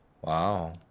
Wow